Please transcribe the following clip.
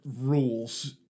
rules